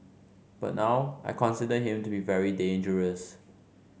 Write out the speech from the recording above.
but now I consider him to be very dangerous